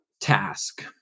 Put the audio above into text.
task